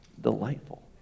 delightful